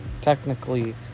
technically